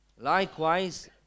Likewise